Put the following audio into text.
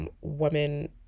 women